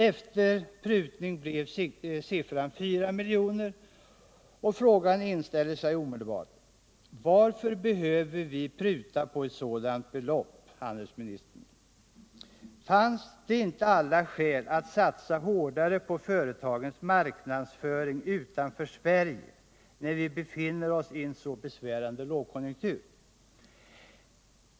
Efter prutning blev siffran 4 miljoner, och frågan inställer sig omedelbart: Varför behöver vi pruta på ett sådant belopp, handelsministern? Finns det inte alla skäl att satsa hårdare på företagens marknadsföring utanför Sverige, när vi befinner oss i en så besvärande lågkonjunktur?